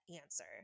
answer